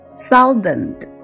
thousand